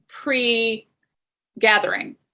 pre-gathering